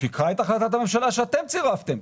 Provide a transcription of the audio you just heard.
תקרא את החלטת הממשלה שאתם צירפתם.